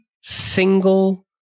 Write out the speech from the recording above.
single